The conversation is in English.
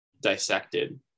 dissected